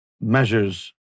measures